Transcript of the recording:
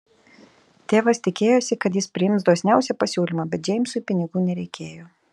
tėvas tikėjosi kad jis priims dosniausią pasiūlymą bet džeimsui pinigų nereikėjo